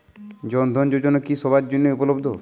জন ধন যোজনা কি সবায়ের জন্য উপলব্ধ?